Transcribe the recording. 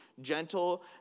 gentle